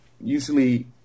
usually